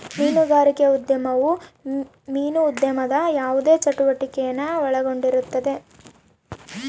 ಮೀನುಗಾರಿಕೆ ಉದ್ಯಮವು ಮೀನು ಉದ್ಯಮದ ಯಾವುದೇ ಚಟುವಟಿಕೆನ ಒಳಗೊಂಡಿರುತ್ತದೆ